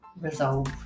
resolve